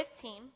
15